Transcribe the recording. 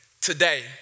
Today